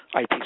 IP